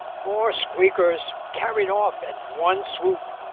four squeakers carried off at one swoop.